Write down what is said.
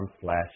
slash